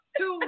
two